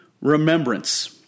remembrance